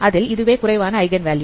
அதில் இதுவே குறைவான ஐகன் வேல்யூ